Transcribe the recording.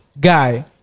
guy